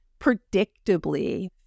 predictably